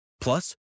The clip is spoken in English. Plus